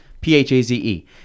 P-H-A-Z-E